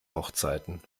hochzeiten